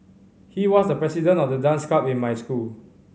he was the president of the dance club in my school